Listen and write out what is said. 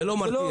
זה לא מרתיע.